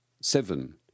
seven